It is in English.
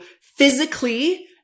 physically